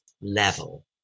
level